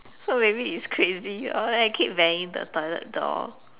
so maybe it's crazy oh then I keep banging the toilet door